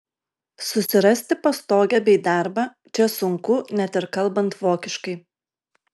susirasti pastogę bei darbą čia sunku net ir kalbant vokiškai